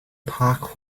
park